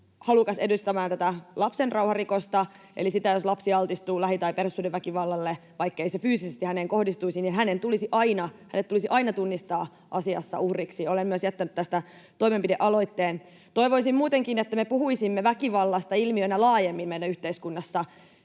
halukas edistämään tätä lapsenrauharikosta, eli jos lapsi altistuu lähi- tai perhesuhdeväkivallalle ja vaikkei se fyysisesti häneen kohdistuisi, niin hänet tulisi aina tunnistaa asiassa uhriksi. Olen myös jättänyt tästä toimenpidealoitteen. Toivoisin muutenkin, että me puhuisimme laajemmin väkivallasta ilmiönä meidän yhteiskunnassa.